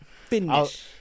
Finish